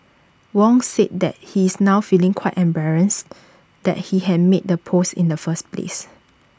Wong said that he is now feeling quite embarrassed that he had made the post in the first place